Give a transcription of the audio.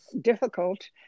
difficult